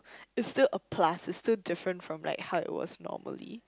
it's still a plus it's still different from like how it was normally